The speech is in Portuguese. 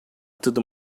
tudo